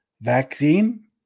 vaccine